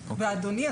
אדוני,